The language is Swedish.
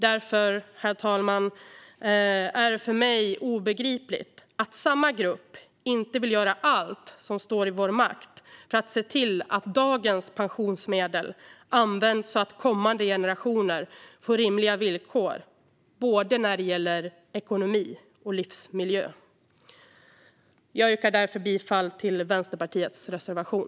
Därför, herr talman, är det för mig obegripligt att samma grupp inte vill att vi ska göra allt som står i vår makt för att se till att dagens pensionsmedel används så att kommande generationer får rimliga villkor, både när det gäller ekonomi och livsmiljö. Jag yrkar därför bifall till Vänsterpartiets reservation.